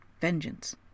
vengeance